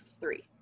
three